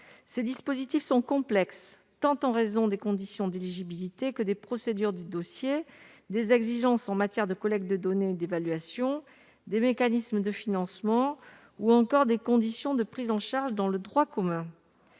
Ces dispositifs sont complexes, tant en raison des conditions d'éligibilité que des procédures à suivre pour les dossiers, des exigences en matière de collecte de données et d'évaluation, des mécanismes de financement ou encore des conditions de prise en charge dans le droit commun.